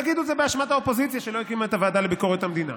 תגידו שזאת אשמת האופוזיציה שלא הקימה את הוועדה לביקורת המדינה.